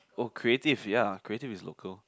oh creative ya creative is local